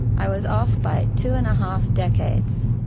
i was off by two and a half decades.